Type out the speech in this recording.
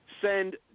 send